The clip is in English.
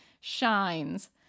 shines